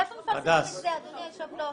איפה מפרסמים את זה, אדוני היושב-ראש?